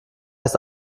ist